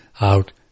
out